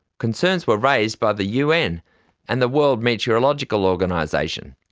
concerns were raised by the un and the world meteorological organisation.